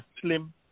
Slim